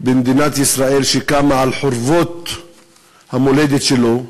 במדינת ישראל שקמה על חורבות המולדת שלו,